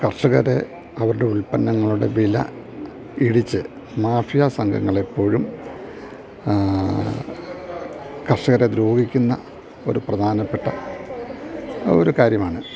കർഷകരെ അവരുടെ ഉൽപ്പന്നങ്ങളുടെ വില ഇടിച്ച് മാഫിയ സംഘങ്ങൾ എപ്പോഴും കർഷകരെ ദ്രോഹിക്കുന്ന ഒരു പ്രധാനപ്പെട്ട ഒരു കാര്യമാണ്